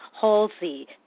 halsey